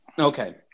Okay